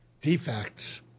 defects